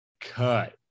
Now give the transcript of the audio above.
cut